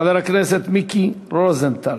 חבר הכנסת מיקי רוזנטל.